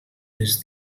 tres